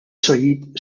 seguit